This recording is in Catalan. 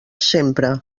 sempre